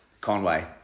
Conway